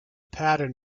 pattern